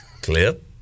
clip